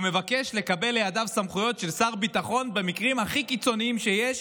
והוא מבקש לקבל לידיו סמכויות של שר ביטחון במקרים הכי קיצוניים שיש,